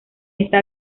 esta